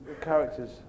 characters